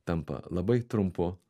tampa labai trumpu